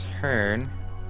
turn